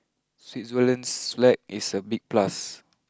Switzerland's flag is a big plus